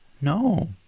no